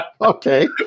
Okay